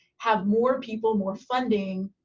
have more people, more funding,